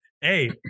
Hey